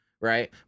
right